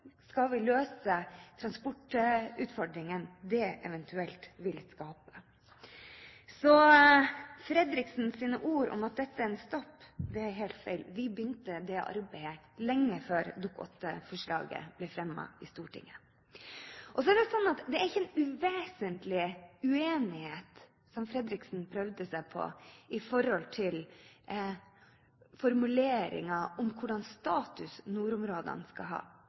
skal vi ha? Og hvordan skal vi løse den transportutfordringen det eventuelt vil skape? Så Fredriksens ord om at dette er en «stopp», er helt feil. Vi begynte det arbeidet lenge før Dokument nr. 8-forslaget ble fremmet i Stortinget. Det er ikke en uvesentlig uenighet, som Fredriksen prøvde seg på når det gjaldt formuleringen av hvilken status nordområdene skal ha.